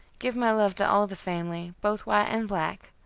give my love to all the family, both white and black.